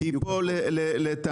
כי פה, לטעמי,